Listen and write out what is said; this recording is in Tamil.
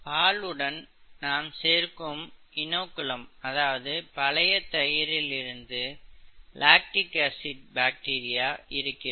பாலுடன் நாம் சேர்க்கும் இநோகுலம் அதாவது பழைய தயிரில் இந்த லாக்டிக் ஆசிட் பாக்டீரியா இருக்கிறது